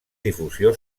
difusió